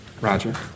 Roger